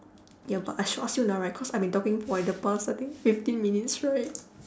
ya but I should ask you now right cause I've been talking for like the past I think fifteen minutes right